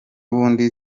bundi